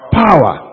power